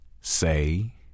Say